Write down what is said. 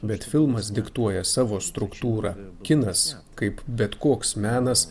bet filmas diktuoja savo struktūrą kinas kaip bet koks menas